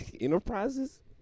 enterprises